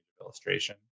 illustration